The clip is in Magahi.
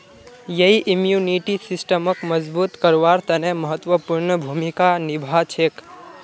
यई इम्यूनिटी सिस्टमक मजबूत करवार तने महत्वपूर्ण भूमिका निभा छेक